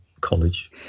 college